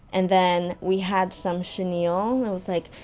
and then, we had some chenille, it was like.